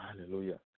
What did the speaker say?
Hallelujah